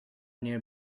near